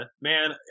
man